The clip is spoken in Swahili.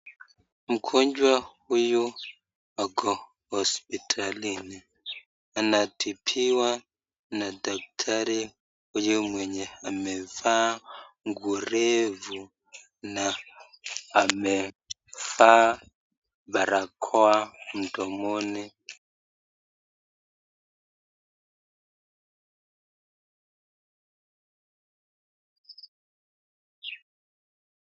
Mgonjwa huyu ako hospitalini. Anatibiwa na daktari huyu mwenye amevaa nguo refu na amevaa barakoa mdomoni.